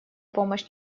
помощь